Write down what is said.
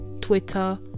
Twitter